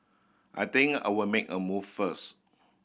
I think I'll make a move first